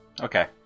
Okay